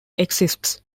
exists